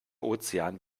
ozean